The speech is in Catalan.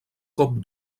cop